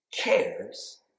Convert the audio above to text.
cares